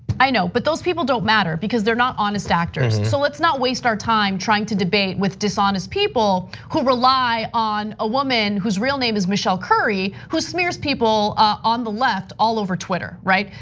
i know but those people don't matter because they're not honest actors. so let's not waste our time trying to debate with dishonest people, who rely on a woman who's real name is michelle curry. who smears people ah on the left all over twitter? right?